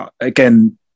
again